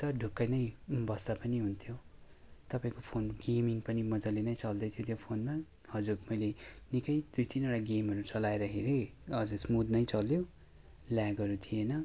ढुक्कै नै बस्दा पनि हुन्थ्यो तपाईँको फोन गेमिङ पनि मजाले नै चल्दैथ्यो त्यो फोनमा हजुर मैले निक्कै दुई तिनवटा गेमहरू चलाएर हेरेँ स्मुथ नै चल्यो ल्यागहरू थिएन